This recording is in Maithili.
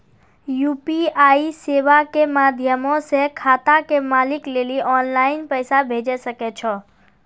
यू.पी.आई सेबा के माध्यमो से खाता के मालिक लेली आनलाइन पैसा भेजै सकै छो